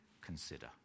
consider